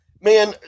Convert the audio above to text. man